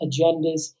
agendas